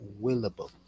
willable